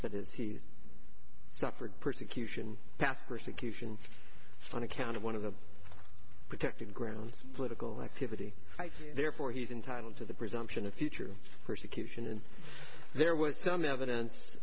he's suffered persecution past persecution on account of one of the protected grounds political activity therefore he's entitled to the presumption of future persecution and there was some evidence